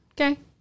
Okay